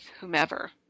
whomever